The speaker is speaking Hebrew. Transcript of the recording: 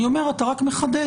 אני אומר שאתה רק מחדד.